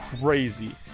crazy